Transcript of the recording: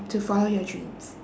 to follow your dreams